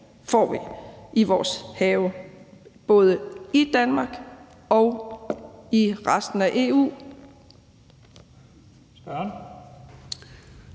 får vi i vores have, både i Danmark og i resten af EU.